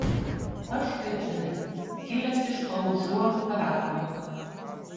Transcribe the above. aš kaip žinai kilęs iš paužuolių parapijos